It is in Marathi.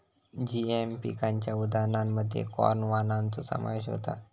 जीएम पिकांच्या उदाहरणांमध्ये कॉर्न वाणांचो समावेश होता